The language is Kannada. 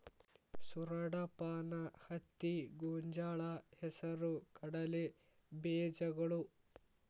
ಸೂರಡಪಾನ, ಹತ್ತಿ, ಗೊಂಜಾಳ, ಹೆಸರು ಕಡಲೆ ಬೇಜಗಳು